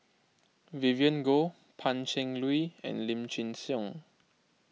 Vivien Goh Pan Cheng Lui and Lim Chin Siong